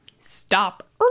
Stop